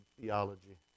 theology